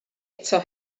eto